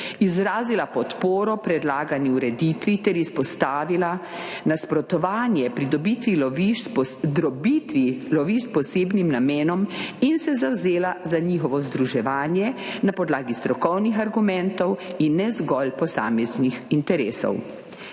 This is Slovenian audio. izrazila podporo predlagani ureditvi ter izpostavila nasprotovanje drobitvi lovišč s posebnim namenom in se zavzela za njihovo združevanje na podlagi strokovnih argumentov in ne zgolj posameznih interesov.